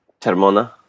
Termona